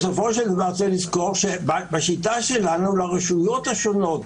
בסופו של דבר צריך לזכור שבשיטה שלנו לרשויות השונות,